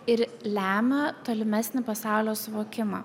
ir lemia tolimesnį pasaulio suvokimą